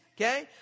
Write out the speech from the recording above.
okay